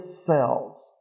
cells